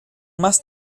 más